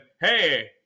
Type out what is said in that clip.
hey